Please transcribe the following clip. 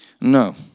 No